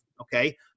okay